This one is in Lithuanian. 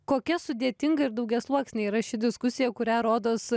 kokia sudėtinga ir daugiasluoksnė yra ši diskusija kurią rodos